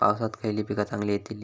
पावसात खयली पीका चांगली येतली?